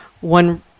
One